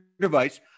device